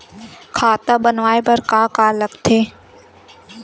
खाता बनवाय बर का का लगथे?